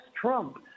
Trump